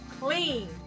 clean